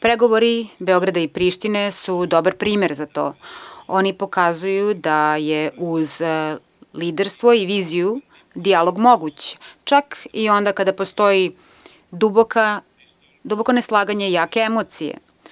Pregovori Beograda i Prištine su dobar primer za to, oni pokazuju da je uz liderstvo i viziju dijalog moguć, čak i onda kada postoji duboko neslaganje i jake emocije.